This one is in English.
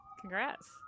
congrats